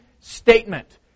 statement